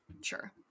Sure